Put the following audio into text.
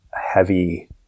heavy